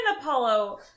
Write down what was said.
Apollo